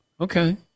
Okay